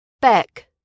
Beck